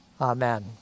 amen